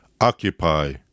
Occupy